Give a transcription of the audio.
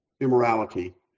immorality